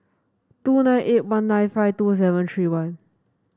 two nine eight one nine five two seven three one